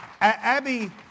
Abby